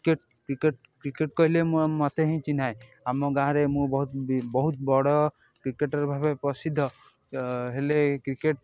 cricket cricket cricket କହିଲେ ମୁଁ ମୋତେ ହିଁ ଚିହ୍ନାଏ ଆମ ଗାଁରେ ମୁଁ ବହୁତ ବହୁତ ବଡ଼ କ୍ରିକେଟର ଭାବେ ପ୍ରସିଦ୍ଧ ହେଲେ କ୍ରିକେଟ